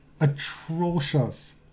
atrocious